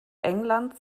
englands